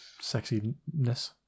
sexiness